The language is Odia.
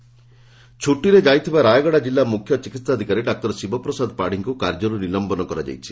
ନିଲମ୍ଧନ ଛୁଟିରେ ଯାଇଥିବା ରାୟଗଡା ଜିଲ୍ଲା ମୁଖ୍ୟ ଚିକିହାଧିକାରୀ ଡାକ୍ତର ଶିବପ୍ରସାଦ ପାଢ଼ୀଙ୍କୁ କାର୍ଯ୍ୟରୁ ନିଲମ୍ୟନ କରାଯାଇଛି